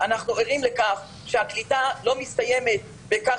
אנחנו ערים לכך שהקליטה לא מסתיימת בכך